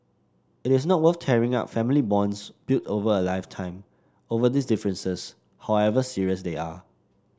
it is not worth tearing up family bonds built over a lifetime over these differences however serious they are